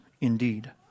indeed